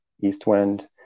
Eastwind